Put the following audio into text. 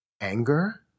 anger